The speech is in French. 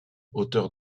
auteurs